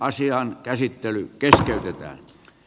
asian käsittely keskeytetään